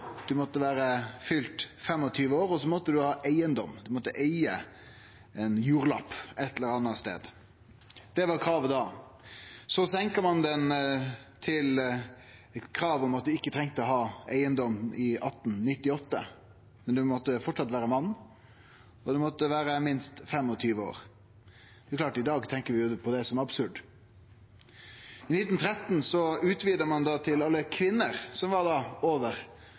vere fylt 25 år, og ein måtte ha eigedom, ein måtte eige ein jordlapp ein eller annan stad. Det var kravet da. Så fjerna ein i 1898 kravet om at ein trong å ha eigedom, men ein måtte framleis vere mann, og ein måtte vere minst 25 år. I dag tenkjer vi på det som absurd. I 1913 utvida ein stemmeretten til å også gjelde alle kvinner